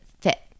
fit